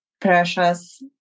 Precious